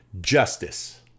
justice